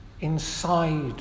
inside